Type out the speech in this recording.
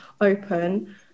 open